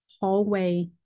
hallway